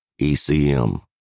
ECM